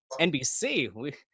NBC